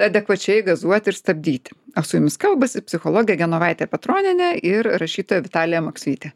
adekvačiai gazuoti ir stabdyti su jumis kalbasi psichologė genovaitė petronienė ir rašytoja vitalija maksvytė